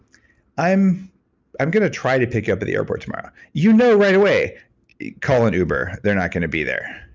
i'm i'm going to try to pick you up at the airport tomorrow. you know right away call and uber. they're not going to be there.